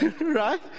right